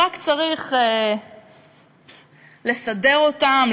רק צריך לסדר אותם,